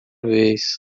vez